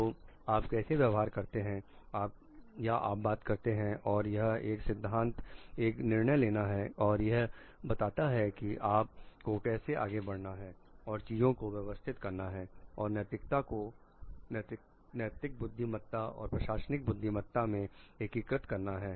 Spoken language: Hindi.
तो आप कैसे व्यवहार करते हैं या आप बात करते हैं और यह एक सिद्धांत एक निर्णय लेना है और यह बताता है कि आप को कैसे आगे बढ़ना है और चीजों को व्यवस्थित करना है और नैतिकता को नैतिक बुद्धिमत्ता और प्रशासनिक बुद्धिमत्ता में एकीकृत करता है